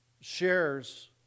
shares